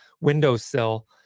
windowsill